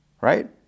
right